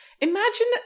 imagine